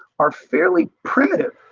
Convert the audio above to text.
are fairly primitive.